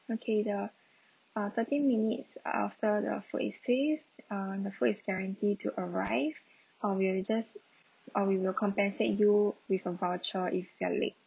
okay the uh thirty minutes after the food is placed uh the food is guarantee to arrive um we'll just or we will compensate you with a voucher if they're late